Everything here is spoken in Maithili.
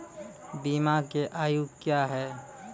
बीमा के आयु क्या हैं?